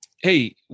hey